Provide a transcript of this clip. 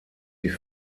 die